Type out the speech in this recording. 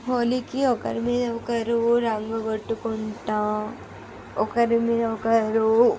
హోలీకి ఒకరి మీద ఒకరు రంగు కొట్టుకుంటూ ఒకరి మీద ఒకరు